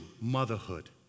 motherhood